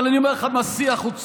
אבל אני אומר לך מה שיא החוצפה.